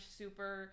super